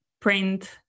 print